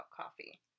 coffee